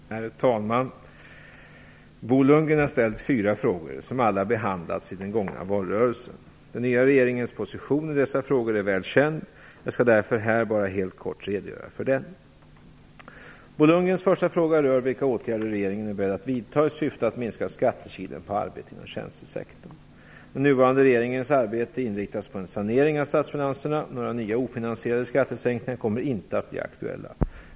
Herr talman! Bo Lundgren har ställt fyra frågor, som alla behandlats i den gångna valrörelsen. Den nya regeringens position i dessa frågor är väl känd. Jag skall därför här bara helt kort redogöra för den. Bo Lundgrens första fråga rör vilka åtgärder regeringen är beredd att vidta i syfte att minska skattekilen på arbete inom tjänstesektorn. Den nuvarande regeringens arbete inriktas på en sanering av statsfinanserna. Några nya ofinansierade skattesänkningar kommer inte att bli aktuella.